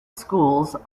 schools